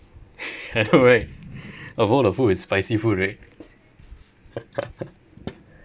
I know right of all the food is spicy food right